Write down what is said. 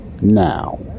Now